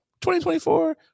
2024